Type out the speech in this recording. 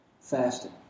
Fasting